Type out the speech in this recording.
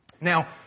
Now